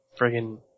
friggin